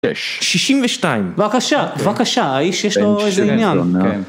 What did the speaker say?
שישים ושתיים בבקשה בבקשה האיש יש לו איזה עניין